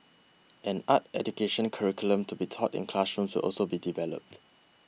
an art education curriculum to be taught in classrooms will also be developed